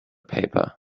paper